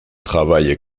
travaille